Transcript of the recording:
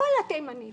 כל התימנים,